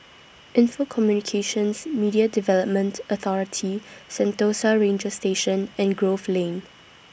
Info Communications Media Development Authority Sentosa Ranger Station and Grove Lane